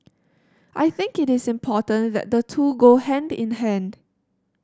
I think it is important that the two go hand in hand